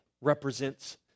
represents